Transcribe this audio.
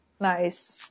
Nice